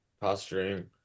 posturing